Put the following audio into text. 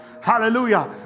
Hallelujah